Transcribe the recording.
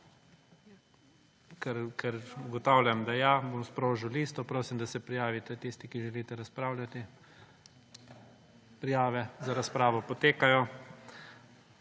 Ker ugotavljam, da ja, bom sprožil listo. Prosim, da se prijavite tisti, ki želite razpravljati. Prijave za razpravo potekajo.